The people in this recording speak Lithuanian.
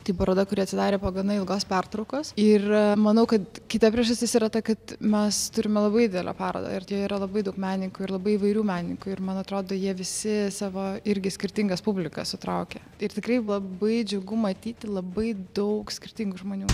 tai paroda kuri atsidarė po gana ilgos pertraukos ir manau kad kita priežastis yra ta kad mes turime labai didelę parodą ir joje yra labai daug menininkų ir labai įvairių menininkų ir man atrodo jie visi savo irgi skirtingas publikas sutraukia ir tikrai labai džiugu matyti labai daug skirtingų žmonių